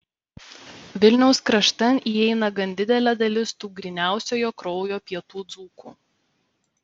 vilniaus kraštan įeina gan didelė dalis tų gryniausiojo kraujo pietų dzūkų